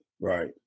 right